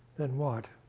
than what?